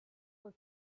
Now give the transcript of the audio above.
was